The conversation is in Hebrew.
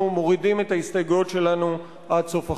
מורידים את ההסתייגויות שלנו עד סוף החוק.